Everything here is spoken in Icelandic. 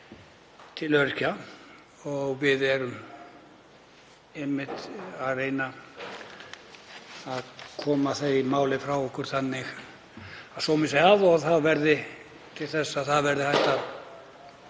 til öryrkja. Við erum einmitt að reyna að koma því máli frá okkur þannig að sómi sé að og það verði til þess að hægt verði að